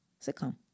sitcom